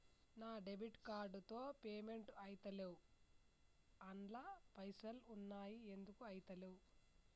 నా debit card తో payment ఐతలేవ్ అండ్ల పైసల్ ఉన్నయి ఎందుకు ఐతలేవ్?